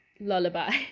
lullaby